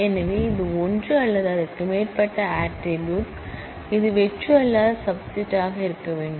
எனவே இது ஒன்று அல்லது அதற்கு மேற்பட்ட ஆட்ரிபூட்ஸ் இது வெற்று அல்லாத சப் செட் ஆக இருக்க வேண்டும்